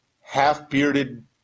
half-bearded